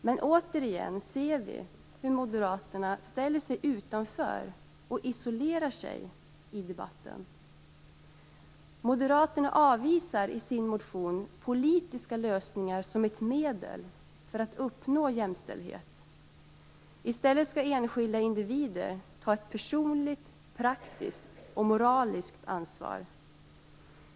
Men återigen ser vi hur Moderaterna ställer sig utanför och isolerar sig i debatten. Moderaterna avvisar i sin motion politiska lösningar som ett medel för att man skall uppnå jämställdhet. I stället skall enskilda individer ta ett personligt, praktiskt och moraliskt ansvar.